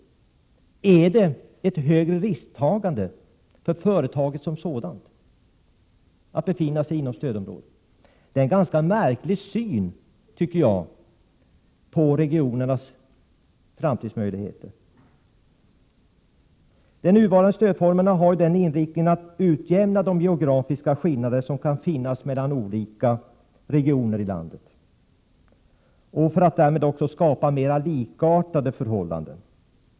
Innebär det ett större risktagande för företaget som sådant att befinna sig inom stödområdet? Det är en ganska märklig syn på regionens framtidsmöjligheter. De nuvarande stödformerna har inriktningen att utjämna de geografiska skillnader som kan finnas mellan olika regioner i landet och att därmed skapa mer likartade förhållanden.